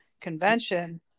convention